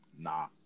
nah